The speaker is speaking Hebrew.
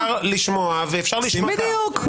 אפשר לשמוע ואפשר --- בדיוק.